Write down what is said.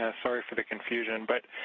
ah sorry for the confusion. but